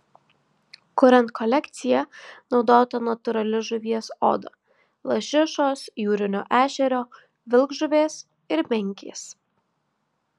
kuriant kolekciją naudota natūrali žuvies oda lašišos jūrinio ešerio vilkžuvės ir menkės